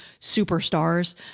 superstars